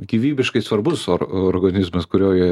gyvybiškai svarbus or organizmas kurio jie